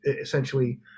essentially